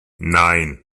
nein